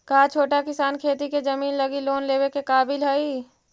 का छोटा किसान खेती के जमीन लगी लोन लेवे के काबिल हई?